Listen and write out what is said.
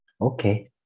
okay